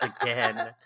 again